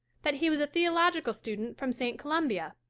that he was a theological student from st. columbia,